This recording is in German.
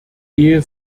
ehe